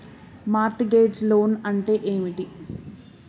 Mart gauge loan అంటే ఏమిటి?